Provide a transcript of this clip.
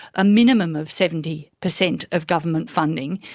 a minimum of seventy percent of government funding.